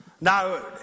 now